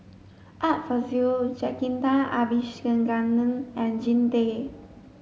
Art Fazil Jacintha Abisheganaden and Jean Tay